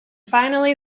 finally